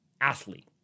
athlete